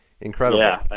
Incredible